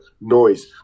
noise